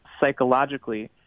psychologically